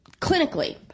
Clinically